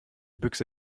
büchse